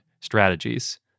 strategies